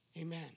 amen